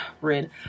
read